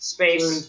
Space